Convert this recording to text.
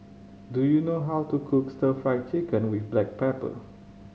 do you know how to cook Stir Fry Chicken with black pepper